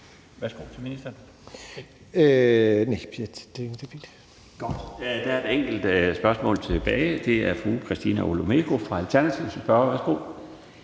Laustsen): Godt. Der er et enkelt spørgsmål tilbage. Det er fru Christina Olumeko fra Alternativet som